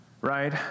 right